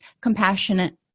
compassionate